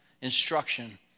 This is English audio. instruction